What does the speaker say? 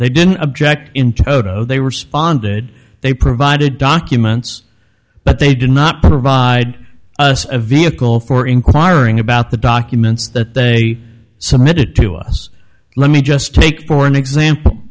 they didn't object in toto they responded they provided documents but they did not provide us a vehicle for inquiring about the documents that they submitted to us let me just take for an example